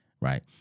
right